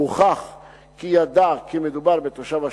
והוכח כי ידע שמדובר בתושב השטחים,